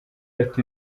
ati